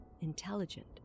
intelligent